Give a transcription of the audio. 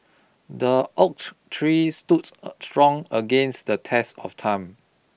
the oak tree stood strong against the test of time